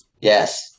Yes